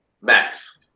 Max